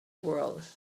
world